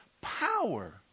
power